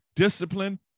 Discipline